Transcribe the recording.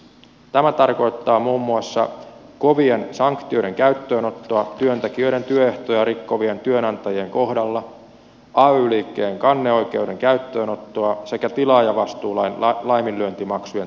tämä tarkoittaa muun muassa kovien sanktioiden käyttöönottoa työntekijöiden työehtoja rikkovien työnantajien kohdalla ay liikkeen kanneoikeuden käyttöönottoa sekä tilaajavastuulain laiminlyöntimaksujen tuntuvaa korottamista